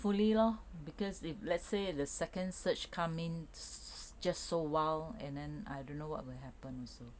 hopefully lor because if let's say the second surge comes in s~ just so wild and then I don't know what will happen also